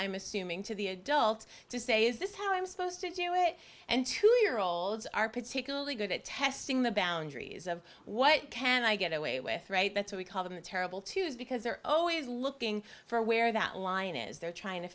i'm assuming to the adults to say is this how i'm supposed to do it and two year olds are particularly good at testing the boundaries of what can i get away with right that's why we call them the terrible twos because they're always looking for where that line is they're trying to